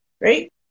right